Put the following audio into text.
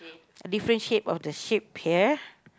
different shape of the ship here